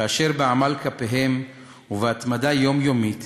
אשר בעמל כפיהם ובהתמדה יומיומית